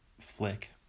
flick